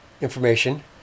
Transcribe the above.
information